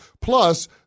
Plus